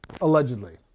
allegedly